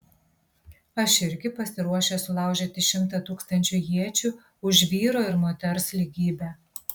aš irgi pasiruošęs sulaužyti šimtą tūkstančių iečių už vyro ir moters lygybę